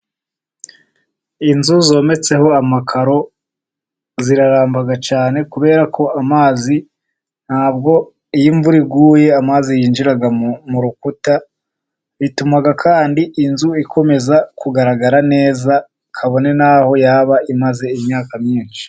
Inzu zometseho amakaro ziraramba cyane kubera ko amazi, nta bwo iyo imvura iguye amazi yinjiraga mu mu rukuta, bituma kandi inzu ikomeza kugaragara neza, kabone na ho yaba imaze imyaka myinshi.